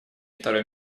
второй